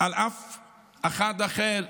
על אף אחד אחר.